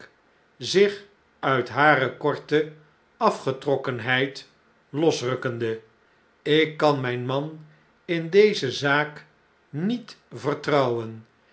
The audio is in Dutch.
zich uit hare korte afgetrokkenheid losrukkende ik kan raijn man in deze zaak niet vertrouwen